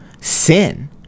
sin